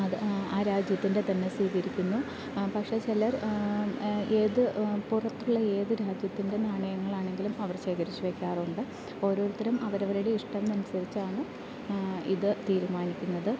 അത് ആ രാജ്യത്തിൻ്റെ തന്നെ സീകരിക്കുന്നു പക്ഷേ ചിലർ ഏത് പുറത്തുള്ള ഏത് രാജ്യത്തിൻ്റെ നാണയങ്ങൾ ആണെങ്കിലും അവർ ശേഖരിച്ച് വെക്കാറുണ്ട് ഓരോരുത്തരും അവർ അവരുടെ ഇഷ്ടം അനുസരിച്ചാണ് ഇത് തീരുമാനിക്കുന്നത്